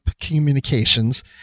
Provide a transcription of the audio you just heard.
communications